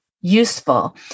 useful